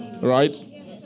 right